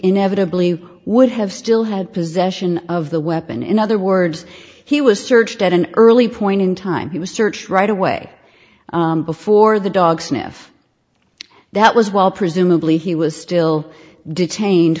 inevitably would have still had possession of the weapon in other words he was searched at an early point in time he was searched right away before the dog sniff that was while presumably he was still detained